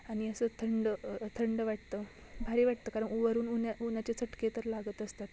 आनि असं थंड थंड वाटतं भारी वाटतं कारण उवरून उन्या उन्याचे चटके तर लागत असतात